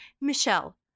Michelle